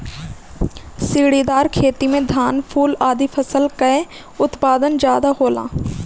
सीढ़ीदार खेती में धान, फूल आदि फसल कअ उत्पादन ज्यादा होला